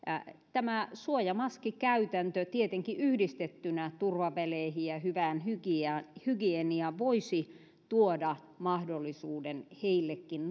tämä suojamaskikäytäntö tietenkin yhdistettynä turvaväleihin ja hyvään hygieniaan voisi tuoda mahdollisuuden heillekin